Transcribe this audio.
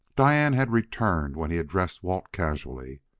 diane had returned when he addressed walt casually.